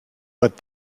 but